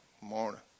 Morning